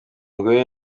mugore